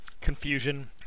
confusion